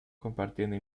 compartiendo